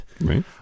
Right